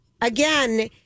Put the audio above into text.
again